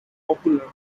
popular